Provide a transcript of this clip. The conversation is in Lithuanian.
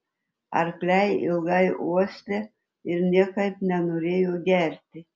arkliai ilgai uostė ir niekaip nenorėjo gerti